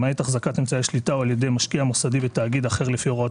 למעט אחזקת אמצעי שליטה או על ידי משקיע מוסדי בתאגיד אחר לפי הוראות